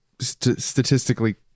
statistically